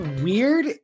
weird